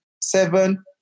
seven